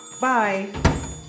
Bye